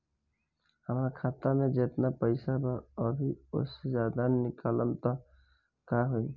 हमरा खाता मे जेतना पईसा बा अभीओसे ज्यादा निकालेम त का होई?